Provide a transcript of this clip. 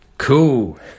Cool